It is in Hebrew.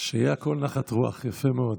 שיהא הכול נחת רוח, יפה מאוד.